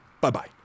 Bye-bye